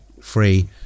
free